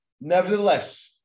Nevertheless